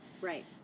Right